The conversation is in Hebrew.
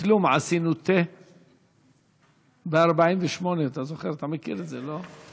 מכלום עשינו תה ב-1948, אתה מכיר את זה, לא?